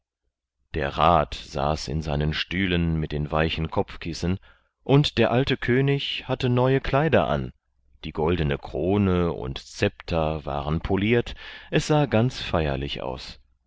der rat saß in seinen stühlen mit den weichen kopfkissen und der alte könig hatte neue kleider an die goldene krone und scepter waren poliert es sah ganz feierlich aus